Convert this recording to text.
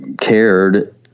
cared